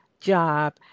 job